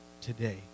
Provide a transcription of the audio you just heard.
today